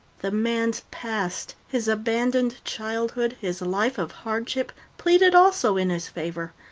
the man's past, his abandoned childhood, his life of hardship, pleaded also in his favor.